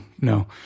no